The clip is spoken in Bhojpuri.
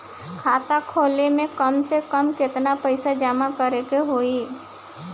खाता खोले में कम से कम केतना पइसा जमा करे के होई?